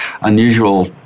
unusual